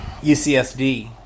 UCSD